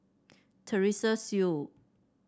Teresa Hsu